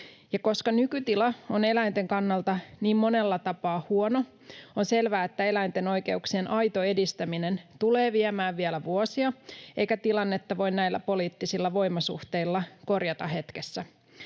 Koska nykytila on eläinten kannalta niin monella tapaa huono, on selvää, että eläinten oikeuksien aito edistäminen tulee viemään vielä vuosia eikä tilannetta voi näillä poliittisilla voimasuhteilla korjata hetkessä.